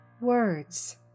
Words